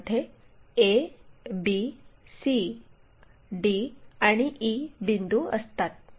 ज्यामध्ये a b c आणि d e बिंदू असतात